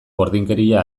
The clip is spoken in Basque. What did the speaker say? gordinkeria